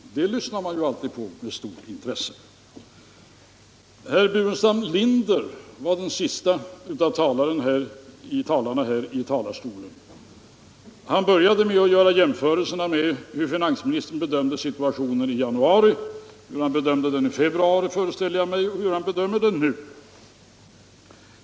Det lyssnar man naturligtvis alltid på med stort intresse. Herr Burenstam Linder var den siste av talarna före mig i talarstolen. Han började med att jämföra hur finansministern bedömde situationen i januari och februari med hur han bedömer den nu.